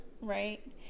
Right